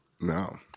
no